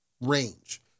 range